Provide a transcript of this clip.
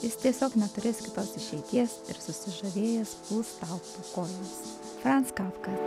jis tiesiog neturės kitos išeities ir susižavėjęs puls tau po kojomis franz kafka